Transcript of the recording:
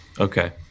Okay